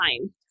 time